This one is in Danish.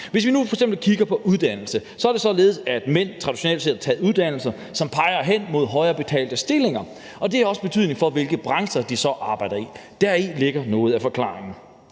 Hvis vi nu f.eks. kigger på uddannelse, er det således, at mænd traditionelt set har taget uddannelser, som peger hen imod højere betalte stillinger, og det har også en betydning for, hvilke brancher de så arbejder i. Deri ligger noget af forklaringen.